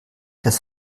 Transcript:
das